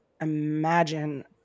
imagine